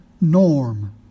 norm